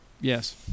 Yes